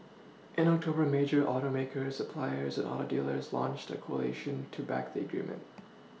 in October major Automakers suppliers Auto dealers launched the coalition to back the agreement